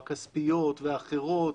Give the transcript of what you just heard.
הכספיות והאחרות,